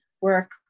work